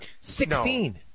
Sixteen